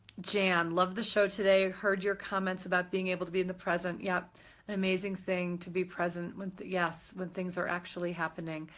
jan, loved the show today, heard your comments about being able to be in the present. yeah. an amazing thing, to be present with. yes, when things are actually happening.